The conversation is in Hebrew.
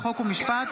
חרבות ברזל) (חוזה,